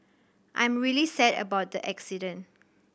I'm really sad about the accident